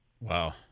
Wow